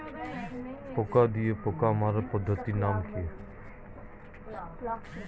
পোকা দিয়ে পোকা মারার পদ্ধতির নাম কি?